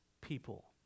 people